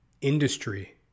industry